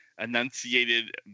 enunciated